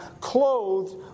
clothed